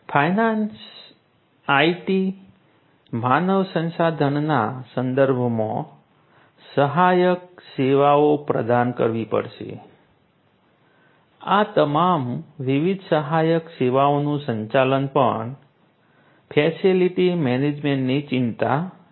finance IT માનવ સંસાધનના સંદર્ભમાં સહાયક સેવાઓ પ્રદાન કરવી પડશે આ તમામ વિવિધ સહાયક સેવાઓનું સંચાલન પણ ફેસિલિટી મેનેજમેન્ટની ચિંતા છે